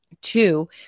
Two